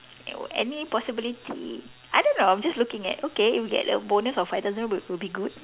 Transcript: any possibility I don't know I'm just looking at okay if get a bonus of five thousand would would be good